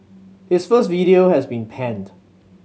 his first video has been panned